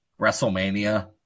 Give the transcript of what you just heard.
WrestleMania